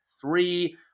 three